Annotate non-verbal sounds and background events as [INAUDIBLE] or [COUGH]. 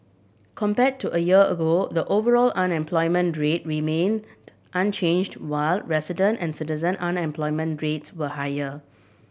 compare to a year ago the overall unemployment rate remain [UNINTELLIGIBLE] unchanged while resident and citizen unemployment rates were higher